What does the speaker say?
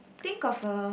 think of a